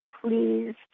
please